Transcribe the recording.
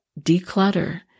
declutter